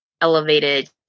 elevated